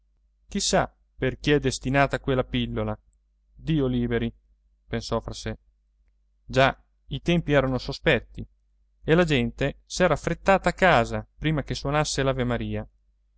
chissà per chi è destinata quella pillola dio liberi pensò fra di sé già i tempi erano sospetti e la gente s'era affrettata a casa prima che suonasse l'avemaria